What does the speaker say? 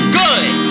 good